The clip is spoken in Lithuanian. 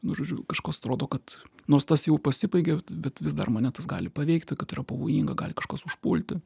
nu žodžiu kažkas atrodo kad nors tas jau pasibaigė bet vis dar mane tas gali paveikti kad yra pavojinga gali kažkas užpulti